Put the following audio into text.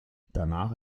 danach